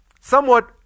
somewhat